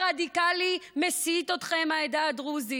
(אומר דברים בשפה הערבית,